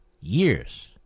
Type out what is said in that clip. years